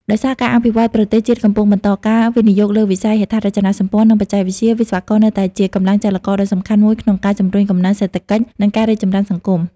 ដោយសារការអភិវឌ្ឍន៍ប្រទេសជាតិកំពុងបន្ត ការវិនិយោគលើវិស័យហេដ្ឋារចនាសម្ព័ន្ធ និងបច្ចេកវិទ្យា វិស្វករនៅតែជា កម្លាំងចលករដ៏សំខាន់ មួយក្នុងការជំរុញកំណើនសេដ្ឋកិច្ច និងការរីកចម្រើនសង្គម។